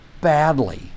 badly